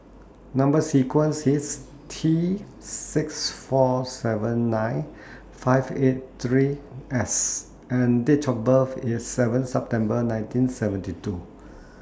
Number sequence IS T six four seven nine five eight three S and Date of birth IS seven September nineteen seventy two